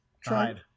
Tried